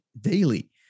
daily